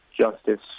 justice